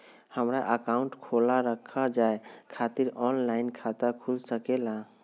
हमारा अकाउंट खोला रखा जाए खातिर ऑनलाइन खाता खुल सके ला?